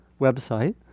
website